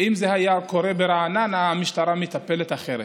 שאם זה היה קורה ברעננה, המשטרה הייתה מטפלת אחרת.